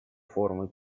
формы